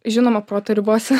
žinoma proto ribose